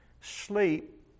Sleep